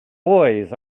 boys